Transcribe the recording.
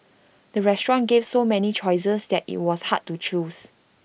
the restaurant gave so many choices that IT was hard to choose